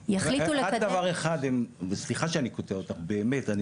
רק דבר אחד וסליחה שאני קוטע אותך באמת אני